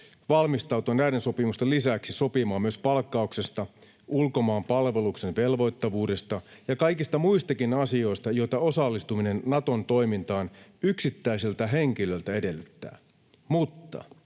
valmistautua näiden sopimusten lisäksi sopimaan myös palkkauksesta, ulkomaanpalveluksen velvoittavuudesta ja kaikista muistakin asioista, joita osallistuminen Naton toimintaan yksittäiseltä henkilöltä edellyttää. Mutta